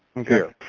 okay.